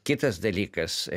kitas dalykas